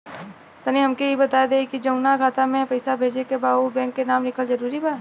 तनि हमके ई बता देही की जऊना खाता मे पैसा भेजे के बा ओहुँ बैंक के नाम लिखल जरूरी बा?